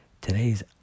Today's